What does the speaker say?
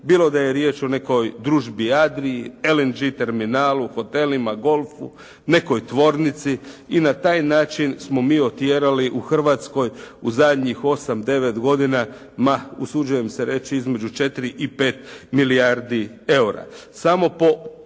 bilo da je riječ o nekoj Družbi Adriji, LNG terminalu, hotelima, golfu, nekoj tvornici i na taj način smo mi otjerali u Hrvatskoj u zadnjih osam, devet godina ma usuđujem se reći između 4 i 5 milijardi eura.